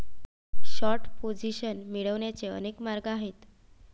short position मिळवण्याचे अनेक मार्ग आहेत